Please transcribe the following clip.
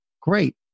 great